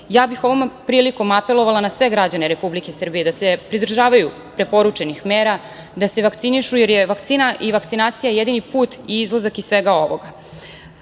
mera. Ovom prilikom bih apelovala na sve građane Republike Srbije da se pridržavaju preporučenih mera, da se vakcinišu, jer je vakcina i vakcinacija jedini put i izlazak iz svega ovoga. Kao